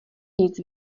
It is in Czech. nic